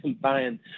buying